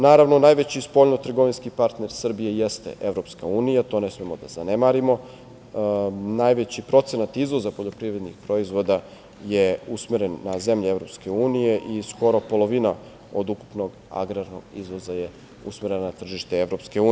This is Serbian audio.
Naravno, najveći spoljno-trgovinski partner Srbije jeste EU, to ne smemo da zanemarimo, najveći procenat izvoza poljoprivrednih proizvoda je usmeren na zemlje EU i skoro polovina od ukupnog agrarnog izvoza je usmerena na tržište EU.